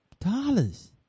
Dollars